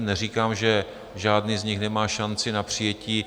Neříkám, že žádný z nich nemá šanci na přijetí.